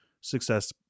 success